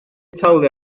talu